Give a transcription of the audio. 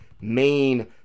main